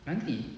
nanti